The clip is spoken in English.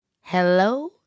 Hello